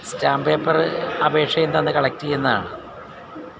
stamp paper അപേക്ഷയും തന്ന് collect ചെയ്യുന്നതാണ്